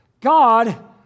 God